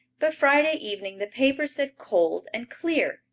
but friday evening the paper said cold and clear,